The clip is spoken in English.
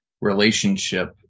relationship